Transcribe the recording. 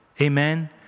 Amen